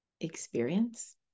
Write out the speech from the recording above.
experience